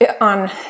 on